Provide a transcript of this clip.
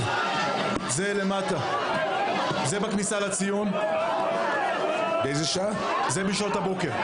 זה למטה בכניסה לציון בשעות הבוקר.